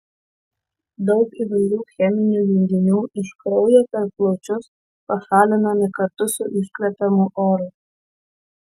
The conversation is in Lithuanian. daug įvairių cheminių junginių iš kraujo per plaučius pašalinami kartu su iškvepiamu oru